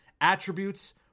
attributes